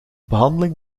behandeling